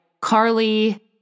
Carly